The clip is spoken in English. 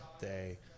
day